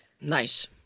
Nice